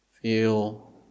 feel